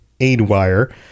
Aidwire